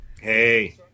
Hey